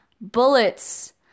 Bullets